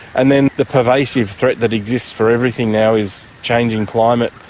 and then the pervasive threat that exists for everything now is changing climate,